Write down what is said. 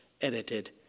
edited